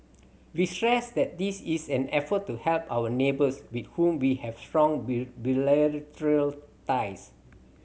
we stress that this is an effort to help our neighbours with whom we have strong bilateral ties